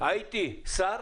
הייתי שר